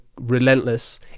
relentless